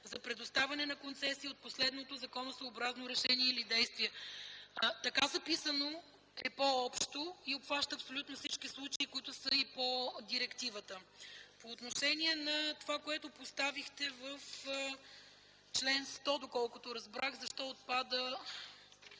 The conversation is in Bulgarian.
за предоставяне на концесия от последното законосъобразно решение или действие”. Така записано е по-общо и обхваща абсолютно всички случаи, които са и по директивата. По отношение на това, което поставихте в чл. 106 – защо заменяме